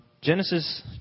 genesis